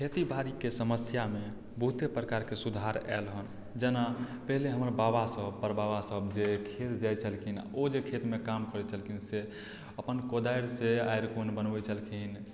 खेती बाड़ीके समस्यामे बहुते प्रकारके सुधार आयल हेँ जेना पहिने हमर बाबासभ परबाबासभ जे खेत जाइत छलखिन आ ओ जे खेतमे काम करैत छलखिन से अपन कोदारिसँ आरि कोन बनबैत छलखिन